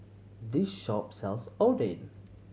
this shop sells Oden